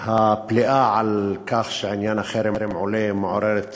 הפליאה על כך שעניין החרם עולה מעוררת תמיהה.